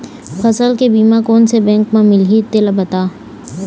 फसल के बीमा कोन से बैंक म मिलही तेला बता?